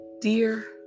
Dear